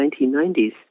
1990s